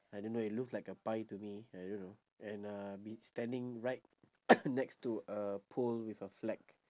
I don't know it looks like a pie to me I don't know and uh be standing right next to a pole with a flag